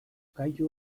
gailu